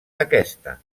aquesta